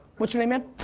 what's your name, man?